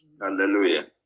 Hallelujah